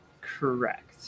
Correct